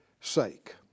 sake